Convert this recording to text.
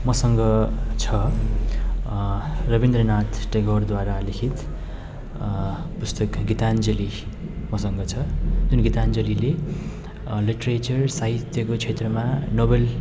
मसँग छ रवीन्द्रनाथ टेगोरद्वारा लिखित पुस्तक गीताञ्जली मसँग छ अनि गीताञ्जलीले लिटरेचर साहित्यको क्षेत्रमा नोबल